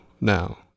now